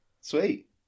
Sweet